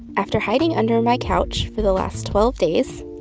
after hiding under my couch for the last twelve days,